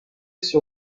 sur